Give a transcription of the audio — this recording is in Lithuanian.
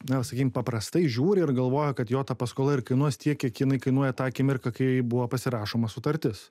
na sakykim paprastai žiūri ir galvoja kad jo ta paskola kainuos tiek kiek jinai kainuoja tą akimirką kai buvo pasirašoma sutartis